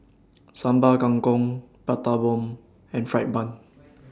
Sambal Kangkong Prata Bomb and Fried Bun